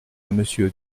monsieur